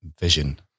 vision